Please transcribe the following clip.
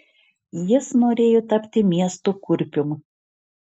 jis norėjo tapti miesto kurpium